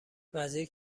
وزیر